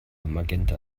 magenta